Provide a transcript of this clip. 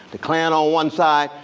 the klan on one side,